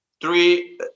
three